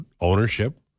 ownership